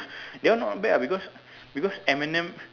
that one not bad ah because because Eminem